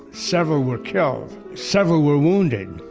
several were killed, several were wounded,